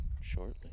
shortly